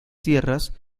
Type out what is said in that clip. tierras